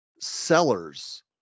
sellers